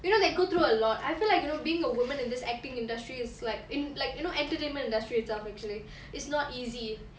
you know they go through a lot I feel like you know being a woman in this acting industry is like in like you know entertainment industry itself actually it's not easy